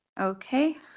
Okay